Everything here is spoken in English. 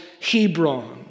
Hebron